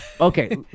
Okay